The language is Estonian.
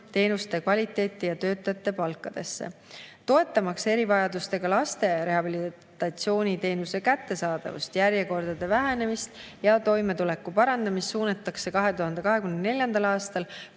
teenuste kvaliteeti ja töötajate palkadesse. Toetamaks erivajadustega laste rehabilitatsiooniteenuse kättesaadavust, järjekordade vähenemist ja toimetuleku parandamist, suunatakse 2024. aastal